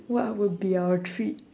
what would be our treats